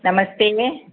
नमस्ते